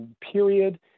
period